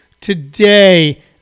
today